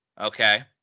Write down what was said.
Okay